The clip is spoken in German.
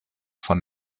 von